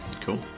Cool